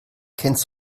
kennst